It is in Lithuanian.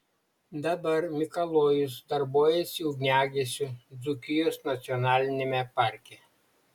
dabar mikalojus darbuojasi ugniagesiu dzūkijos nacionaliniame parke